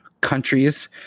countries